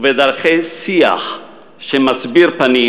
ודרכי שיח שמסביר פנים,